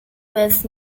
was